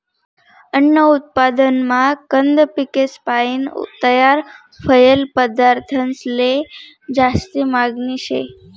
अन्न उत्पादनमा कंद पिकेसपायीन तयार व्हयेल पदार्थंसले जास्ती मागनी शे